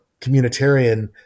communitarian